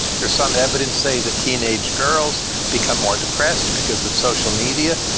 there's some evidence say that teenage girls become more depressed because of social media.